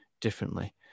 differently